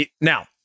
Now